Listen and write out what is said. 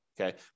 Okay